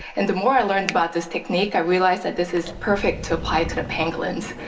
and the more i learned about this technique i realised that this is perfect to apply to the pangolins.